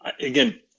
again